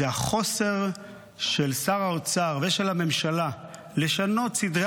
זה החוסר של שר האוצר ושל הממשלה לשנות סדרי